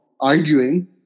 arguing